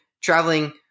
traveling